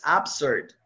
absurd